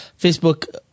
Facebook